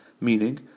meaning